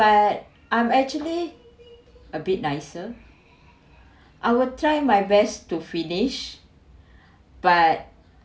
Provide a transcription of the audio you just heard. but I'm actually a bit nicer I will try my best to finish but